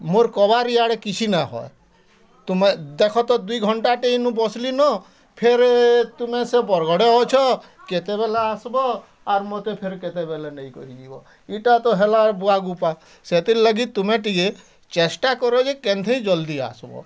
ମୋର୍ କବାରେ ୟାଡ଼େ କିଛି ନାଇଁ ହଏଁ ତୁମେ ଦେଖ ତ ଦୁଇ ଘଣ୍ଟା ଟେନୁ ବସିଲି ନ ଫେର୍ ତୁମେ ସେ ବରଗଡ଼େ ଅଛ କେତେବେଲେ ଆସବ୍ ଆଉ ମୋତେ ଫେର୍ କେତେବେଲେ ନେଇଁ କରି ଯିବ ଏଇଟା ତ ହେଲା ବୁଆଗୁଫା ସେଥିର୍ ଲାଗି ତୁମେ ଟିକେ ଚେଷ୍ଟା କର ଯେ କେନଥି ଜଲ୍ଦି ଆସବ୍